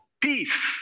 peace